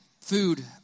food